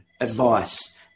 advice